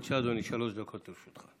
בבקשה, אדוני, שלוש דקות לרשותך.